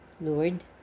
Lord